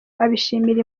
abishimira